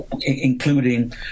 including